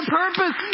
purpose